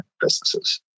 businesses